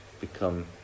become